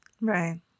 Right